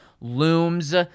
looms